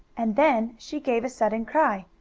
and then she gave a sudden cry.